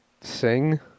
Sing